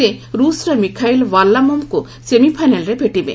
ସେ ରୁଷର ମିଖାଇଲ୍ ବାର୍ଲାମୋବ୍ଙ୍କୁ ସେମିଫାଇନାଲ୍ରେ ଭେଟିବେ